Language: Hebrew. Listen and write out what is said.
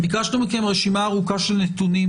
ביקשנו מכם רשימה ארוכה של נתונים